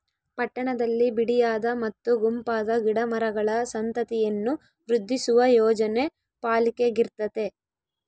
ಪಟ್ಟಣದಲ್ಲಿ ಬಿಡಿಯಾದ ಮತ್ತು ಗುಂಪಾದ ಗಿಡ ಮರಗಳ ಸಂತತಿಯನ್ನು ವೃದ್ಧಿಸುವ ಯೋಜನೆ ಪಾಲಿಕೆಗಿರ್ತತೆ